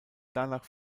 danach